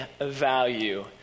value